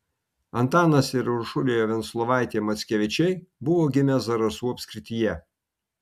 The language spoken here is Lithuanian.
antanas ir uršulė venclovaitė mackevičiai buvo gimę zarasų apskrityje